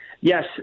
Yes